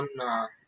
on